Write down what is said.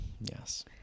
yes